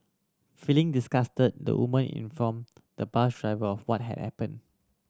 feeling disgusted the woman inform the bus driver of what had happen